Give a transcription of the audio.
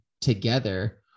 together